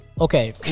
okay